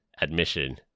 admission